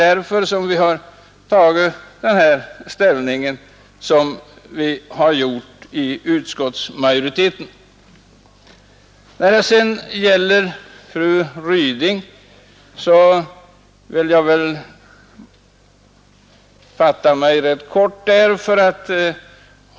Därför har vi inom utskottsmajoriteten tillstyrkt propositionen. Beträffande fru Rydings yttrande vill jag fatta mig rätt kort.